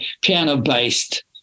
piano-based